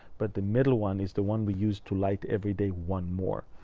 but the middle one is the one we used to light every day one more.